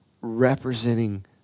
representing